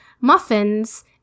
muffins